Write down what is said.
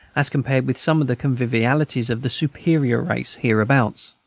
as compared with some of the convivialities of the superior race hereabouts.